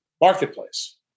marketplace